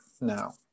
now